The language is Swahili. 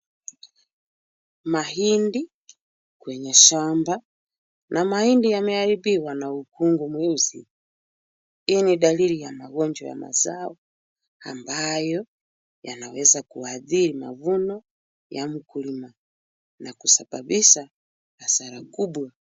Mahindi kwenye shamba na mahindi yameharibiwa na mkungu mweusi. Hii ni dalili ya ugonjwa wa mazao ambayo inaweza kuathiri mavuno ya mkulima na kusababisha hasara kubwa.